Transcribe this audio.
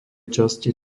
časti